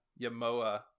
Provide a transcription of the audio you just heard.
Yamoa